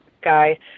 guy